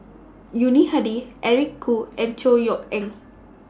Yuni Hadi Eric Khoo and Chor Yeok Eng